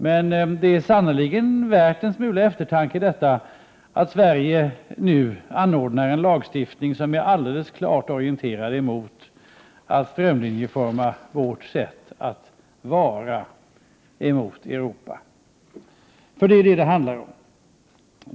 Men det är sannerligen värt en smula eftertanke att Sverige nu antar en lagstiftning som är klart orienterad mot att strömlinjeforma vårt sätt att vara gentemot Europa, för det är vad det handlar om.